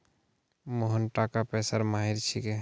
मोहन टाका पैसार माहिर छिके